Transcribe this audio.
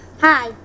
Hi